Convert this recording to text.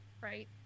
right